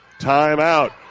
timeout